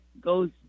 goes